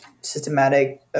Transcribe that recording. systematic